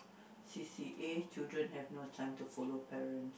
C_C_A children have no time to follow parent